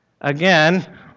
again